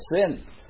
sin